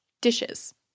Dishes